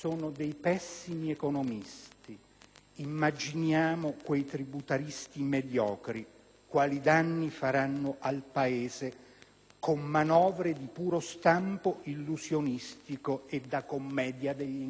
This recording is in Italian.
Immaginiamo quei tributaristi mediocri quali danni faranno al Paese con manovre di puro stampo illusionistico e da commedia degli inganni.